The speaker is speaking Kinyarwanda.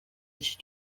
iki